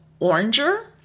oranger